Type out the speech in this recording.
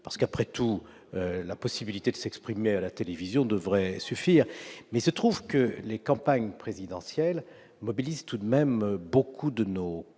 zéro ». Après tout, la possibilité de s'exprimer à la télévision devrait suffire ! Or il se trouve que les campagnes présidentielles mobilisent tout de même nombre de nos concitoyens,